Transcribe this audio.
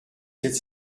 sept